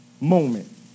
moment